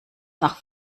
nach